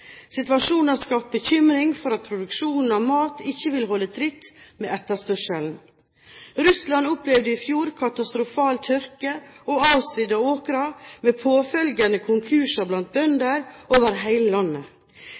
Situasjonen har skapt bekymring for at produksjonen av mat ikke vil holde tritt med etterspørselen. Russland opplevde i fjor katastrofal tørke og avsvidde åkre, med påfølgende konkurser blant bønder over hele landet.